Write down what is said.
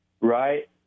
Right